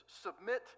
Submit